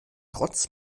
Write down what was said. trotz